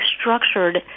structured